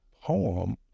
poem